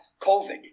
COVID